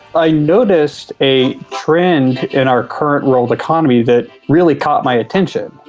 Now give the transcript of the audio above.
i noticed a trend in our current world economy that really caught my attention,